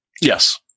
Yes